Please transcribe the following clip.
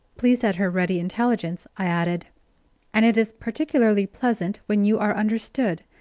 pleased at her ready intelligence, i added and it is particularly pleasant when you are understood.